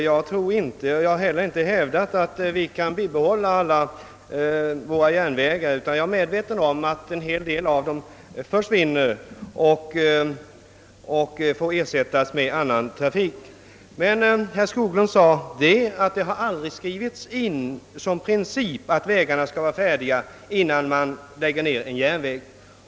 Herr talman! Jag har inte hävdat att vi kan bibehålla alla våra järnvägar. Jag är medveten om att en hel del av dem måste försvinna och får ersättas av annan trafik. Herr Skoglund sade emellertid att det aldrig har skrivits in som princip att vägarna skall vara färdiga innan en järnväg läggs ned.